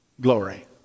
glory